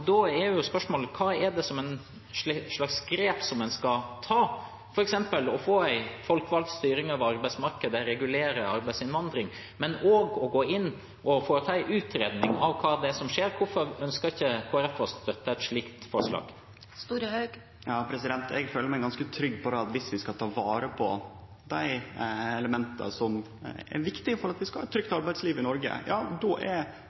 Da er spørsmålet hva slags grep en skal ta, f.eks. få folkevalgt styring av arbeidsmarkedet, regulere arbeidsinnvandring, men også gå inn og foreta en utredning av hva som skjer. Hvorfor ønsker ikke Kristelig Folkeparti å støtte et slikt forslag? Eg føler meg ganske trygg på at dersom vi skal ta vare på dei elementa som er viktige for at vi skal ha eit trygt